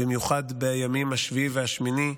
במיוחד בימים 7 ו-8,